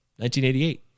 1988